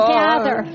gather